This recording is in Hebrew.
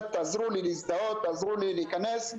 טעות חמורה אצל ילדי רווחה בהעברת הכספים.